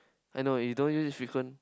I know already you don't use frequent